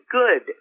good